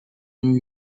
new